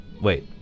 wait